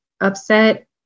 upset